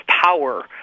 power